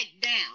down